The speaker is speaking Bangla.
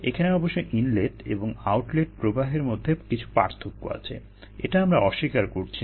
এখানে অবশ্য ইনলেট এবং আউটলেট প্রবাহের মধ্যে কিছু পার্থক্য আছে এটা আমরা অস্বীকার করছি না